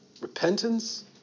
repentance